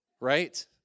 Right